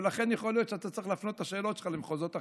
ולכן יכול להיות שאתה צריך להפנות את השאלות שלך למחוזות אחרים.